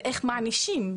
ואיך מענישים,